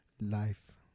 Life